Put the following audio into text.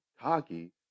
cocky